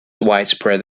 widespread